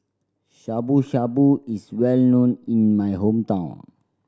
Shabu Shabu is well known in my hometown